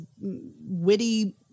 witty